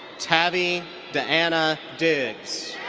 tavy d'anna diggs.